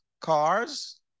cars